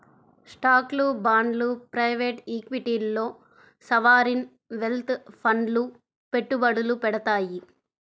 స్టాక్లు, బాండ్లు ప్రైవేట్ ఈక్విటీల్లో సావరీన్ వెల్త్ ఫండ్లు పెట్టుబడులు పెడతాయి